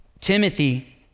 Timothy